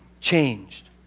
Changed